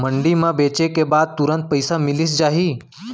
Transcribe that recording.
मंडी म बेचे के बाद तुरंत पइसा मिलिस जाही?